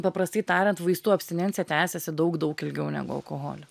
paprastai tariant vaistų abstinencija tęsiasi daug daug ilgiau negu alkoholio